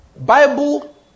Bible